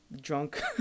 drunk